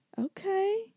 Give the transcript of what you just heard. Okay